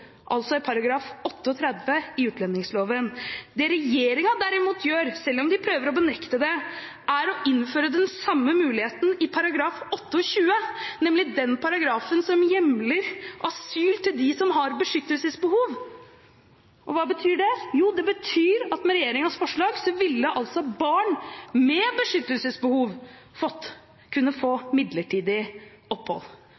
altså § 38 i utlendingsloven. Det regjeringen derimot gjør, selv om de prøver å benekte det, er å innføre den samme muligheten i § 28, nemlig den paragrafen som hjemler asyl til dem som har et beskyttelsesbehov. Hva betyr det? Jo, det betyr at med regjeringens forslag ville barn med et beskyttelsesbehov kunne